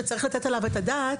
שצריך לתת עליו את הדעת,